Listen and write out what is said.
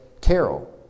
Carol